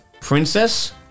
Princess